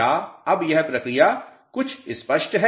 क्या अब यह प्रक्रिया कुछ स्पष्ट है